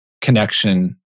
connection